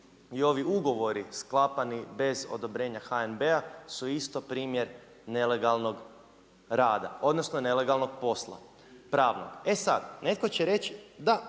i ovi ugovori sklapani bez odobrenja HNB-a su isto primjer nelegalnog rada, odnosno nelegalnog posla, pravnog. E sad, netko će reći, da